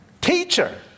teacher